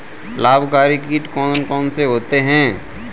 लाभकारी कीट कौन कौन से होते हैं?